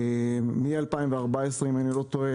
אם אני לא טועה,